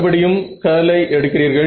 மறுபடியும் கர்லை எடுக்கிறீர்கள்